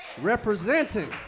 representing